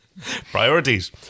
Priorities